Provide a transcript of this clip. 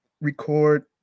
record